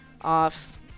off